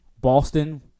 Boston